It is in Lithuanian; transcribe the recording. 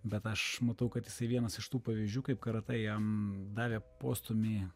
bet aš matau kad jisai vienas iš tų pavyzdžių kaip karatė jam davė postūmį